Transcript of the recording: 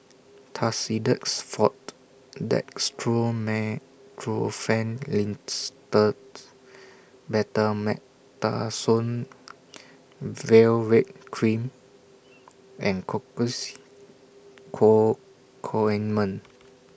Tussidex Forte Dextromethorphan Linctus Betamethasone Valerate Cream and Cocois Co Co Ointment